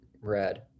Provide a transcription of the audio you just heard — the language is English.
red